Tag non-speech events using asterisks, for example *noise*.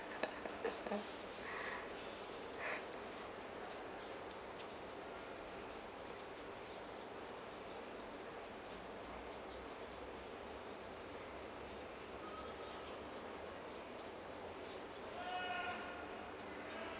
*laughs* *breath*